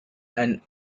and